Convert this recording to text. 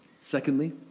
Secondly